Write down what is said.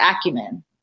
acumen